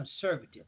conservative